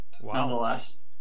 nonetheless